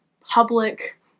public